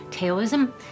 Taoism